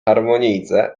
harmonijce